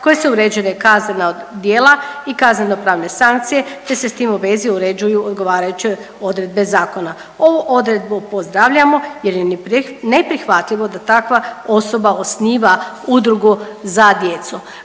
koja su uređena kaznena djela i kazneno-pravne sankcije, te se s tim u vezi uređuju odgovarajuće odredbe zakona. Ovu odredbu pozdravljamo jer je neprihvatljivo da takva osoba osniva udrugu za djecu.